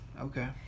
okay